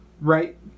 Right